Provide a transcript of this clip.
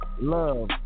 love